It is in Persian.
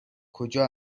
کجا